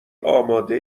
آماده